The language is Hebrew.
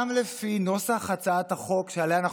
גם לפי נוסח הצעת החוק שעליה אנחנו